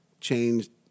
changed